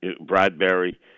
Bradbury